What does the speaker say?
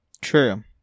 True